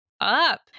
up